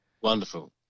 Wonderful